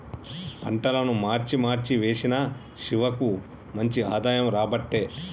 పంటలను మార్చి మార్చి వేశిన శివకు మంచి ఆదాయం రాబట్టే